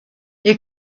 you